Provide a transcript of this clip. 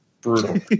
brutal